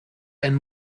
ein